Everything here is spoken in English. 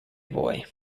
boy